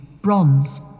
bronze